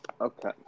Okay